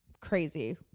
crazy